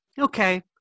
okay